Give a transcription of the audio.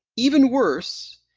even worse,